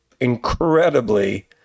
incredibly